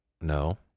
no